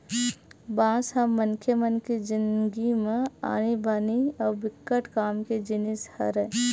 बांस ह मनखे मन के जिनगी म आनी बानी अउ बिकट काम के जिनिस हरय